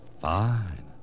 Fine